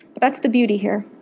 that's the beauty here.